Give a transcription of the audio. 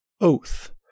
oath